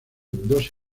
dos